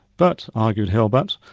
but, argued hilbert,